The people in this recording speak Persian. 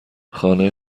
خانه